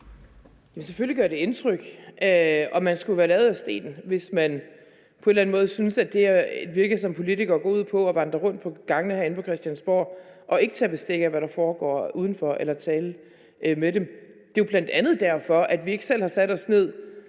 Egelund): Selvfølgelig gør det indtryk. Man skulle være lavet af sten, hvis man på en eller anden måde syntes, at det at virke som politiker går ud på at vandre rundt på gangene herinde på Christiansborg og ikke tage bestik af, hvad der foregår udenfor eller tale med dem. Det er jo bl.a. derfor, vi ikke selv har sat os ned